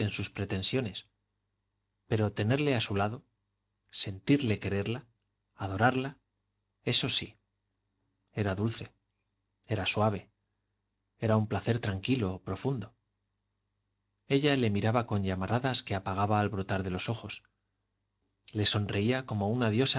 sus pretensiones pero tenerle a su lado sentirle quererla adorarla eso sí era dulce era suave era un placer tranquilo profundo ella le miraba con llamaradas que apagaba al brotar de los ojos le sonreía como una diosa